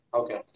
okay